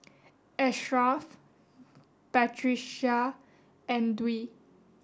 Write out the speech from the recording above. Ashraff Batrisya and Dwi